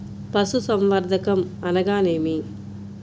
పశుసంవర్ధకం అనగానేమి?